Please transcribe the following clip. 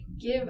give